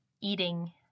eating